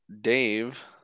Dave